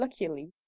luckily